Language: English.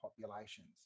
populations